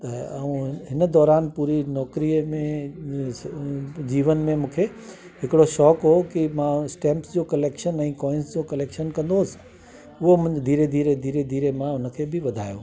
त ऐं हिन दौरन पूरी नौकिरीअ में जीवन में मूंखे हिकिड़ो शौंक़ु हो की मां हो स्टैंप्स जो कलेक्शन ऐं कॉइंस जो कलैक्शन कंदो हुओसि उहो मुंहिंजो धीरे धीरे धीरे मां हुनखे बि वधायो